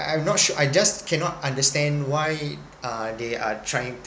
I'm not sure I just cannot understand why uh they are trying